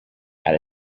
had